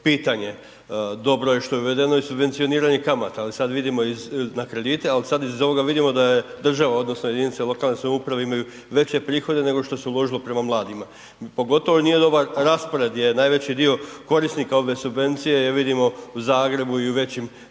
pitanje. Dobro je što je uvedeno i subvencioniranje kamata ali sad vidimo na kredite ali sad iz ovoga vidimo da je država odnosno jedinica lokalne samouprave imaju veće prihode nego što se uložilo prema mladima, pogotovo nije dobar raspored jer najveći gdje najveći dio korisnika ove subvencije je vidimo u Zagrebu i u većim gradovima